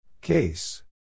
Case